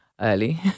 early